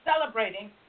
celebrating